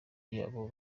yabo